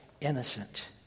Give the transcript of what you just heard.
innocent